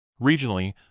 Regionally